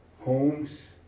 homes